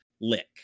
lick